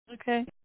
Okay